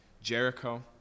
Jericho